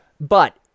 but-